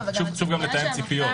חשוב לתאם ציפיות.